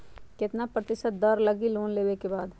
कितना प्रतिशत दर लगी लोन लेबे के बाद?